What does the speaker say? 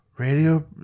Radio